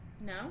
no